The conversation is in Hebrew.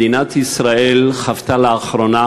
מדינת ישראל חוותה לאחרונה,